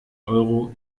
euro